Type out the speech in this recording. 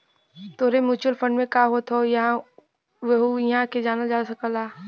तोहरे mutual fund में का होत हौ यहु इहां से जानल जा सकला